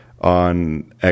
on